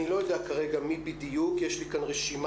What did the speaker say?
אני לא יודע כרגע מי בדיוק, יש לי כאן רשימה.